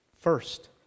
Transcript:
first